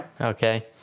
Okay